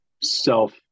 self-